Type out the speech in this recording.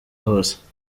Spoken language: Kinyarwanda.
hose